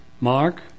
Mark